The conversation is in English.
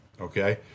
Okay